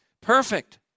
Perfect